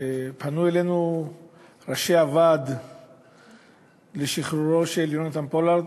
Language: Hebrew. ופנו אלינו ראשי הוועד לשחרורו של יונתן פולארד,